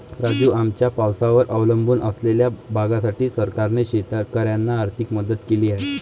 राजू, आमच्या पावसावर अवलंबून असलेल्या भागासाठी सरकारने शेतकऱ्यांना आर्थिक मदत केली आहे